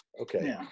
Okay